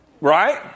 Right